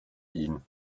ihn